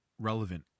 relevant